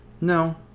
No